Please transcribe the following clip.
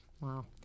Wow